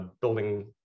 building